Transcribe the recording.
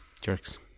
Jerks